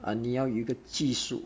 uh 你要有一个技术